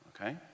Okay